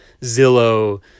Zillow